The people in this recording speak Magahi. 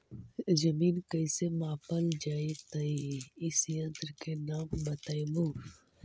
जमीन कैसे मापल जयतय इस यन्त्र के नाम बतयबु?